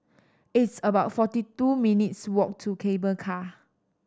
it's about forty two minutes' walk to Cable Car